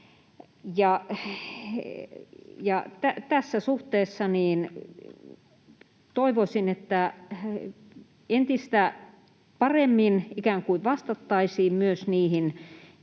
Tässä suhteessa toivoisin, että entistä paremmin ikään kuin vastattaisiin myös niihin